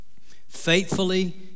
faithfully